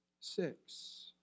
six